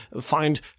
find